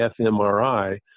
fMRI